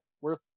worth